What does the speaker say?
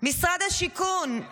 משרד השיכון,